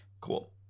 cool